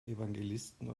evangelisten